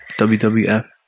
WWF